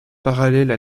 parallèles